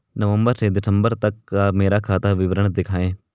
नवंबर से दिसंबर तक का मेरा खाता विवरण दिखाएं?